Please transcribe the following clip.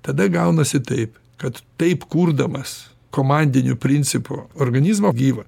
tada gaunasi taip kad taip kurdamas komandiniu principu organizmo gyvą